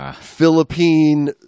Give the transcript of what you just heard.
Philippine